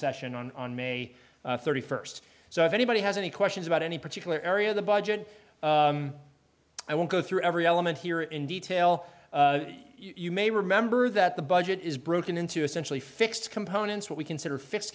session on may thirty first so if anybody has any questions about any particular area of the budget i won't go through every element here in detail you may remember that the budget is broken into essentially fixed components what we consider fixed